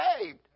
saved